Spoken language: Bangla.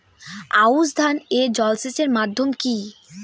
আউশ ধান এ জলসেচের মাধ্যম কি?